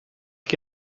qui